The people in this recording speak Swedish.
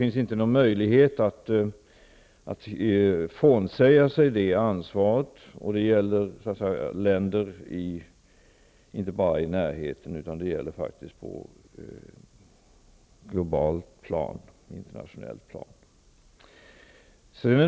Man kan inte frånsäga sig det ansvaret, och det gäller inte bara för länder i närheten, utan det gäller faktiskt på ett globalt, internationellt plan.